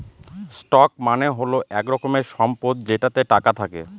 stock মানে হল এক রকমের সম্পদ যেটাতে টাকা থাকে